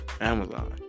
Amazon